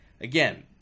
Again